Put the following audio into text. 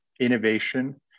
innovation